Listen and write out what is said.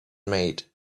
made